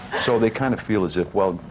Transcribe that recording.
so they kind of feel as if, well,